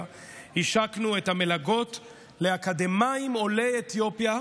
השקנו את המלגות לאקדמאים עולי אתיופיה.